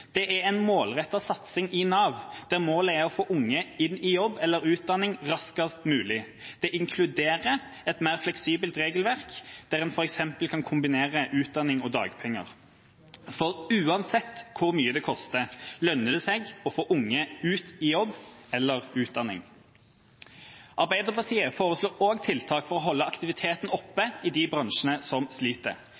Det er en målrettet satsing i Nav der målet er å få unge inn i jobb eller utdanning raskest mulig. Det inkluderer et mer fleksibelt regelverk der en f.eks. kan kombinere utdanning og dagpenger. For uansett hvor mye det koster, lønner det seg å få unge ut i jobb eller utdanning. Arbeiderpartiet foreslår også tiltak for å holde aktiviteten oppe i de bransjene som sliter.